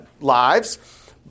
lives